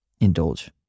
Indulge